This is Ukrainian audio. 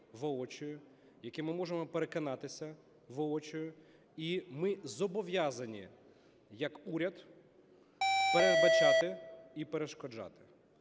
яких ми можемо переконатися воочию. І ми зобов'язані як уряд передбачати і перешкоджати.